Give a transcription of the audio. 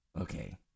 Okay